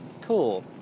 cool